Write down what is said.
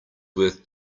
worth